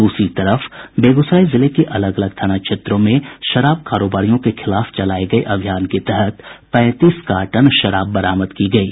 दूसरी तरफ बेगूसराय जिले अलग अलग थाना क्षेत्रों में शराब कारोबारियों के खिलाफ चलाये गये अभियान के तहत पैंतीस कार्टन शराब बरामद की गयी